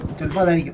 tell them